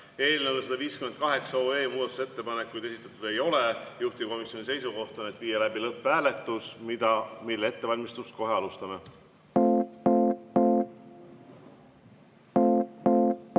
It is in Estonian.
Eelnõu 158 kohta muudatusettepanekuid esitatud ei ole. Juhtivkomisjoni seisukoht on viia läbi lõpphääletus, mille ettevalmistust kohe alustame.